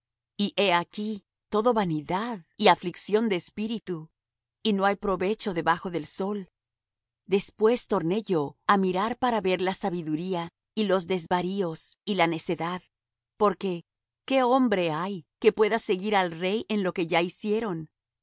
y he aquí todo vanidad y aflicción de espíritu y no hay provecho debajo del sol después torné yo á mirar para ver la sabiduría y los desvaríos y la necedad porque qué hombre hay que pueda seguir al rey en lo que ya hicieron y he visto que la sabiduría sobrepuja á la